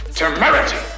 temerity